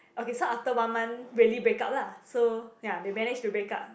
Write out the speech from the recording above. okay so after one month really break up lah so ya they managed to break up